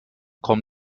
komm